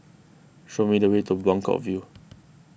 show me the way to Buangkok View